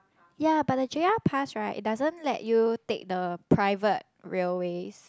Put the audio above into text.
ya but the J_R pass right it doesn't let you take the private railways